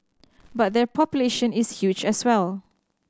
but their population is huge as well